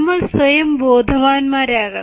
നമ്മൾ സ്വയം ബോധവാന്മാരാകണം